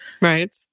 right